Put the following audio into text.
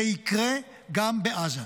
זה יקרה גם בעזה.